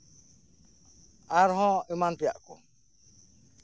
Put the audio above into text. ᱟᱨᱦᱚᱸ ᱮᱢᱟᱱ ᱛᱮᱭᱟᱜ ᱠᱚ